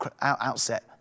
outset